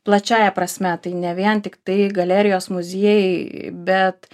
plačiąja prasme tai ne vien tiktai galerijos muziejai bet